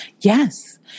Yes